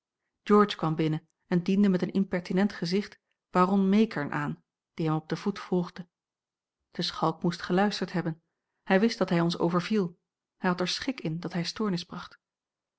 george kwam binnen en diende met een impertinent gezicht baron meekern aan die hem op den voet volgde de schalk moest geluisterd hebben hij wist dat hij ons overviel hij had er schik in dat hij stoornis bracht